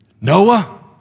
Noah